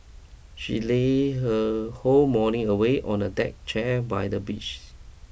she lay her whole morning away on a deck chair by the beach